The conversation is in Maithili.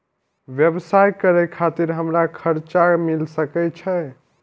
व्यवसाय करे खातिर हमरा कर्जा मिल सके छे?